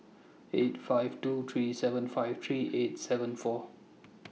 eight five two three seven five three eight seven four